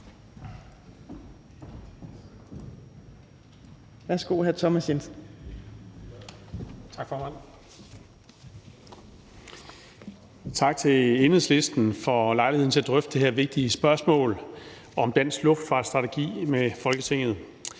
Tak til Enhedslisten for lejligheden til at drøfte det her vigtige spørgsmål om dansk luftfartsstrategi med Folketinget.